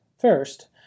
First